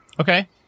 Okay